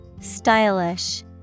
Stylish